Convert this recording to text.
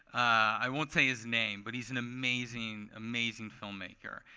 i won't say his name, but he's an amazing, amazing filmmaker.